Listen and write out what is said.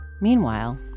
Meanwhile